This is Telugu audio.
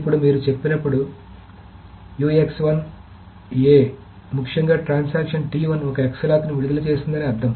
ఇప్పుడు మీరు చెప్పినప్పుడు ముఖ్యంగా ట్రాన్సాక్షన్ ఒక x లాక్ని విడుదల చేస్తుందని అర్థం